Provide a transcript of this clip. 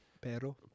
pero